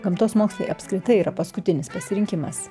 gamtos mokslai apskritai yra paskutinis pasirinkimas